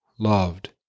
Loved